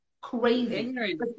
crazy